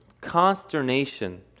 consternation